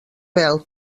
pèl